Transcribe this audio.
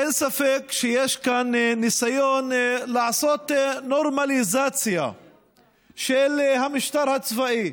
אין ספק שיש כאן ניסיון לעשות נורמליזציה של המשטר הצבאי.